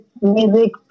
music